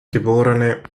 geb